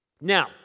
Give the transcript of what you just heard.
Now